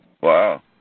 Wow